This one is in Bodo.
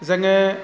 जोङो